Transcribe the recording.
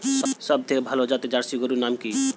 সবথেকে ভালো জাতের জার্সি গরুর নাম কি?